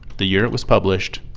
the year it was published,